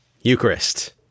Eucharist